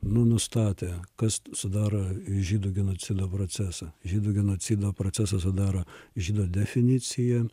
nu nustatė kas sudaro žydų genocido procesą žydų genocido procesą sudaro žydo definicija